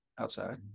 outside